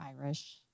Irish